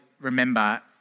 remember